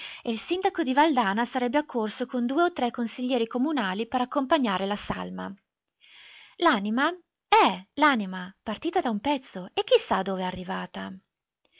e il sindaco di valdana sarebbe accorso con due o tre consiglieri comunali per accompagnare la salma l'anima eh l'anima partita da un pezzo e chi sa dove arrivata